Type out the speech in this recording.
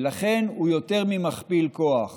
ולכן הוא יותר ממכפיל כוח